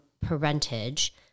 parentage